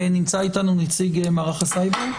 נמצא איתנו נציג מערך הסייבר.